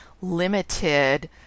limited